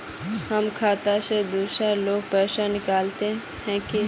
हमर खाता से दूसरा लोग पैसा निकलते है की?